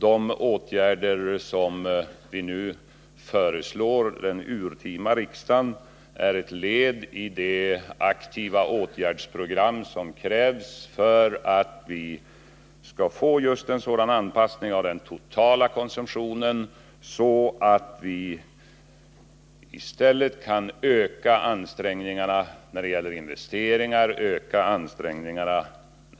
De åtgärder som regeringen nu föreslår det urtima riksmötet är ett led i det aktiva åtgärdsprogram som krävs för att vi skall få just en sådan anpassning av den totala konsumtionen att vi i stället kan öka investeringarna, öka ansträngningarna